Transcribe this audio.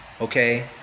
Okay